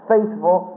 faithful